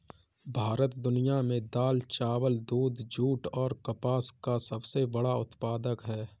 भारत दुनिया में दाल, चावल, दूध, जूट और कपास का सबसे बड़ा उत्पादक है